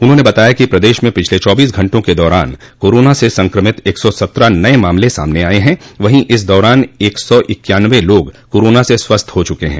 उन्होंने बताया कि प्रदेश में पिछले चौबीस घंटों के दौरान कोरोना से संक्रमित एक सौ सत्रह नये मामले सामने आये हैं वहीं इस दौरान एक सौ इक्यान्नबे लोग कोरोना से स्वस्थ्य हुये है